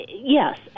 yes